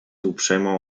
uprzejmą